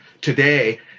today